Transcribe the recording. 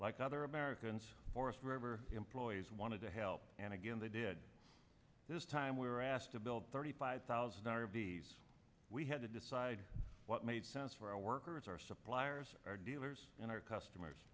like other americans forest member employees wanted to help and again they did this time we were asked to build thirty five thousand of these we had to decide what made sense for our workers our suppliers our dealers and our customers